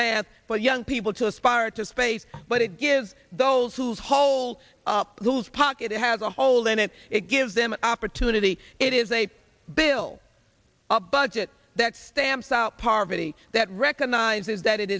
math but young people to aspire to space but it gives those whose whole those pocket it has a hole in it it gives them an opportunity it is a bill a budget that stamps out poverty that recognizes that it